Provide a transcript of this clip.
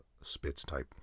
spitz-type